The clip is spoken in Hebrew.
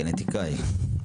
גנטיקאי,